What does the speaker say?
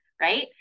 right